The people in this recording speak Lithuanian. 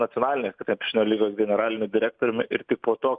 nacionalinės krepšinio lygos generaliniu direktoriumi ir tik po to